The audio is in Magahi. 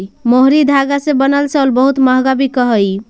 मोहरी धागा से बनल शॉल बहुत मँहगा बिकऽ हई